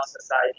Society